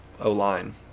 O-line